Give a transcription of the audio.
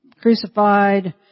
Crucified